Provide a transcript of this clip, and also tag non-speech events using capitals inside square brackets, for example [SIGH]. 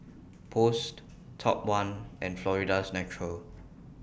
[NOISE] Post Top one and Florida's Natural